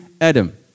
Adam